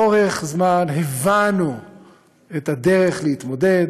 לאורך זמן הבנו את הדרך להתמודד